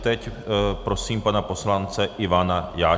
Teď prosím pana poslance Ivana Jáče.